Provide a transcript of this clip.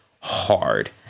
Hard